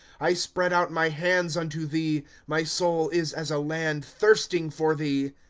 i spread out my hands unto thee my soul is as a land thirsting for thee.